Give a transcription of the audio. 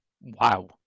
Wow